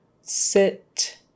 sit